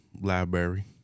library